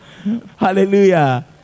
Hallelujah